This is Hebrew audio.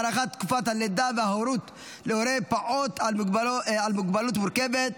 הארכת תקופת הלידה וההורות להורי פעוט עם מוגבלות מורכבת),